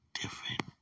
different